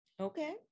Okay